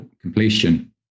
completion